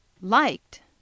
liked